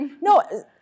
No